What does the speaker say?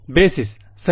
basis சரி